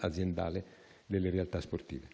aziendale delle realtà sportive.